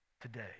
today